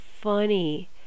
funny